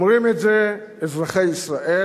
אומרים את זה אזרחי ישראל,